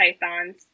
pythons